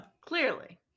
Clearly